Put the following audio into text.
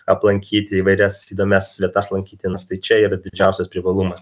aplankyti įvairias įdomias vietas lankytinas tai čia yra didžiausias privalumas